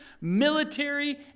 military